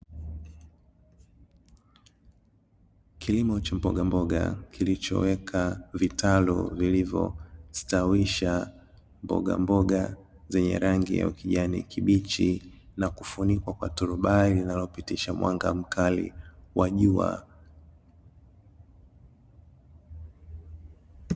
Kilimo cha mbogamboga kilichowekwa vitalu vilivyo stawisha mbogamboga zenye rangi ya ukijani kibichi, na kufunikwa kwa turubai linalopitisha mwanga mkali wa jua.